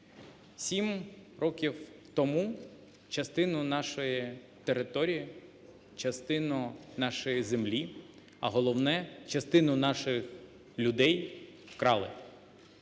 Сім років тому частину нашої території, частину нашої землі, а головне – частину наших людей вкрали.